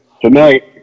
tonight